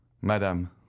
madame